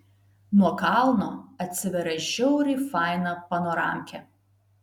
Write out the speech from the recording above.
nuo kalno atsiveria žiauriai faina panoramkė